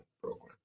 program